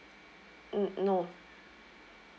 mm no